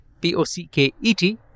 P-O-C-K-E-T